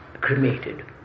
cremated